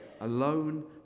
alone